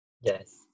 Yes